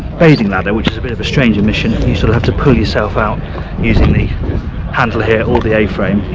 bathing ladder, which is a bit of a strange omission, you sort of have to pull yourself out using the handle here or the a-frame.